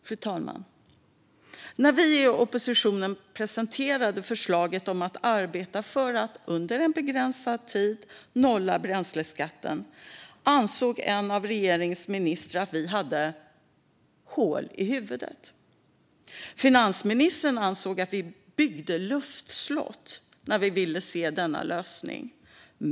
Fru talman! När vi i oppositionen presenterade förslaget om att arbeta för att under en begränsad tid nolla bränsleskatten ansåg en av regeringens ministrar att vi hade hål i huvudet. Finansministern ansåg att vi byggde luftslott när vi ville se denna lösning.